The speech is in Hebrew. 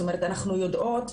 אנחנו יודעות,